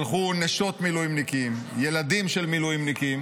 שלחו נשות מילואימניקים וילדים של מילואימניקים,